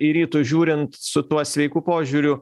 į rytus žiūrint su tuo sveiku požiūriu